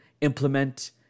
implement